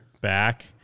back